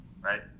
right